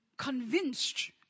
convinced